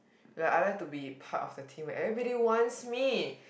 ya I like to be part of the team everybody wants me